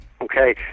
Okay